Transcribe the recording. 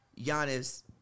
Giannis